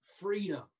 freedom